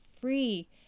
free